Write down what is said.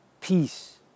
peace